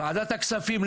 ועדת הכספים,